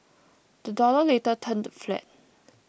the dollar later turned flat